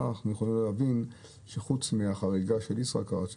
אנחנו יכולים להבין שחוץ מהחריגה של ישראכרט,